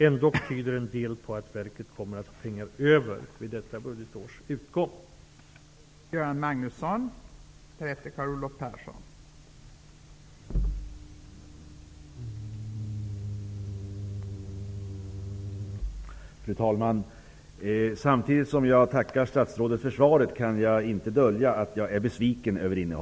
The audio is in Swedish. Ändock tyder en del på att verket kommer att ha pengar över vid detta budgetårs utgång.